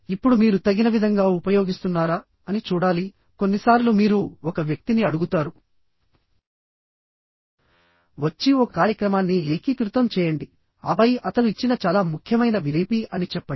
ఇప్పుడు మీరు తగిన విధంగా ఉపయోగిస్తున్నారా అని చూడాలి కొన్నిసార్లు మీరు ఒక వ్యక్తిని అడుగుతారు వచ్చి ఒక కార్యక్రమాన్ని ఏకీకృతం చేయండి ఆపై అతను ఇచ్చిన చాలా ముఖ్యమైన విఐపి అని చెప్పండి